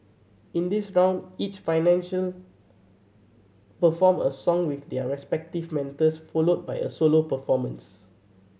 in this round each financial performed a song with their respective mentors followed by a solo performance